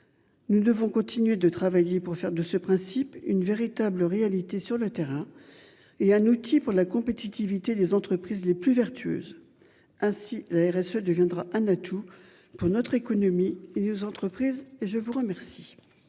Nous devons continuer de travailler pour faire de ce principe une véritable réalité sur le terrain. Et un outil pour la compétitivité des entreprises les plus vertueuses ainsi la ARS deviendra un atout pour notre économie il aux entreprises et je vous remercie.